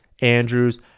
Andrews